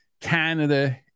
Canada